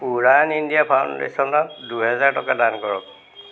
Udaan India ফাউণ্ডেশ্যনক দুহেজাৰ টকা দান কৰক